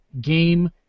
game